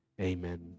amen